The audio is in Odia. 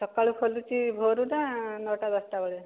ସକାଳୁ ଖୋଲୁଛି ଭୋରୁ ନା ନଅ ଟା ଦଶ ଟା ବେଳେ